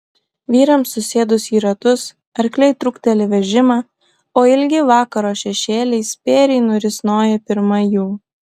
vyrams susėdus į ratus arkliai trukteli vežimą o ilgi vakaro šešėliai spėriai nurisnoja pirma jų